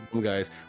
guys